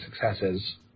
successes